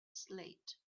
slate